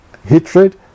hatred